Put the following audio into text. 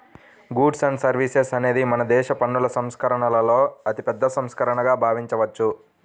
goods and services అనేది మనదేశ పన్నుల సంస్కరణలలో అతిపెద్ద సంస్కరణగా భావించవచ్చు